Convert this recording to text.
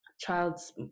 child's